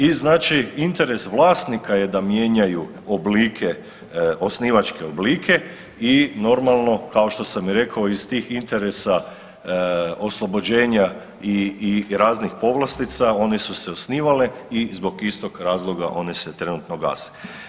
I znači interes vlasnika je da mijenjaju oblike, osnivačke oblike i normalno kao što sam i rekao iz tih interesa oslobođenja i raznih povlastica one su se osnivale i zbog istog razloga one se trenutno gase.